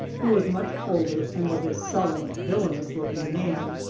who was much older and was a sullen, villainous-looking man.